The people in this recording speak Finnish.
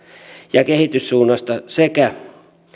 ja kehityssuunnasta sekä